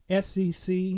SEC